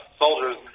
soldiers